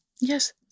Yes